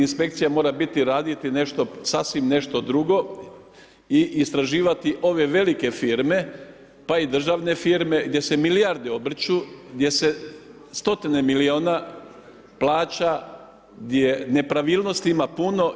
Inspekcija mora biti, raditi nešto sasvim nešto drugo i istraživati ove velike firme, pa i državne firme gdje se milijarde obrću, gdje se stotine milijuna plaća, gdje nepravilnosti ima puno.